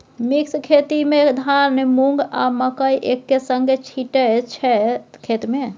mix खेती मे धान, मुँग, आ मकय एक्के संगे छीटय छै खेत मे